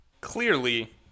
Clearly